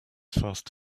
fast